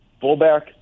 fullback